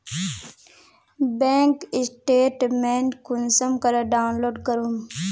Bank statement कुंसम करे download करूम?